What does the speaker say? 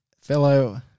fellow